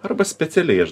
arba specialiai aš